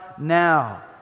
now